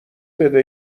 بده